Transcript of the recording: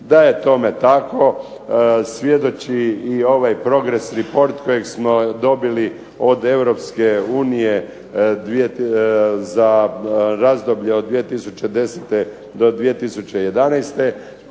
Da je tome tako svjedoči i ovaj Progress report kojeg smo dobili od EU za razdoblje od 2010. do 2011.